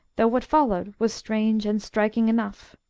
though what followed was strange and striking enough.